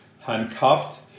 handcuffed